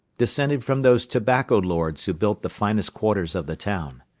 descended from those tobacco lords who built the finest quarters of the town.